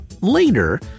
Later